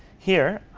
here,